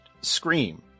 scream